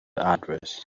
address